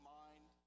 mind